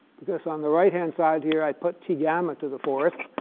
because on the right hand side here i put t gamma to the fourth.